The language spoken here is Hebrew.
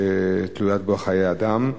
שתלויים בהן חיי אדם.